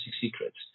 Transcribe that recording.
secrets